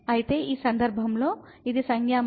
కాబట్టి ఈ సందర్భంలో ఇది సంజ్ఞామానం